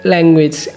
Language